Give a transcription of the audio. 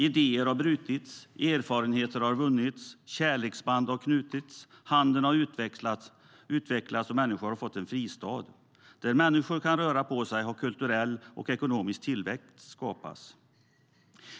Idéer har fötts, erfarenheter har vunnits, kärleksband har knutits, handeln har utvecklats och människor har fått en fristad. Där människor kan röra på sig har kulturell och ekonomisk tillväxt skapats.